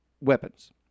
weapons